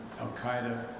Al-Qaeda